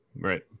right